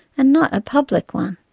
and not a public one.